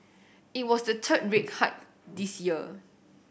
it was the third rate hike this year